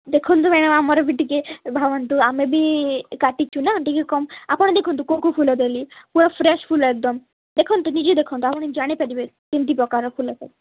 ଦେଖନ୍ତୁ ମ୍ୟାଡ଼ାମ୍ ଆମର ବି ଟିକେ ଭାବନ୍ତୁ ଆମେ ବି କାଟିଛୁ ନା ଟିକେ କମ୍ ଆପଣ ଦେଖନ୍ତୁ କେଉଁ କେଉଁ ଫୁଲ ଦେଲି ପୁରା ଫ୍ରେସ୍ ଫୁଲ ଏକଦମ୍ ଦେଖନ୍ତୁ ନିଜେ ଦେଖନ୍ତୁ ଆପଣ ଜାଣି ପାରିବେ କେମିତି ପ୍ରକାର ଫୁଲ ସେ